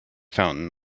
fountain